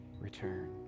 return